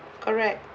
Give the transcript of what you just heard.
correct